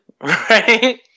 right